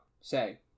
Say